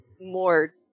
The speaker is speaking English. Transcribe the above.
more